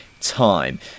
time